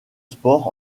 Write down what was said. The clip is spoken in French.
sport